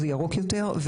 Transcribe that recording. זה ירוק יותר.